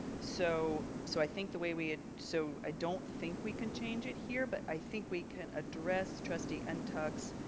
so so i think the way we had, so i don't think we can change it here, but i think we can address trustee and ntuk's